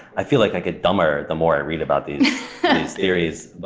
i feel like i get dumber the more i read about these theories.